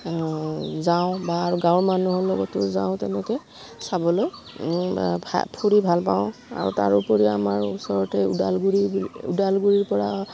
যাওঁ বা আৰু গাঁৱৰ মানুহৰ লগতো যাওঁ তেনেকৈ চাবলৈ ফুৰি ভাল পাওঁ আৰু তাৰোপৰিও আমাৰ ওচৰতে ওদালগুৰি ওদালগুৰিৰ পৰা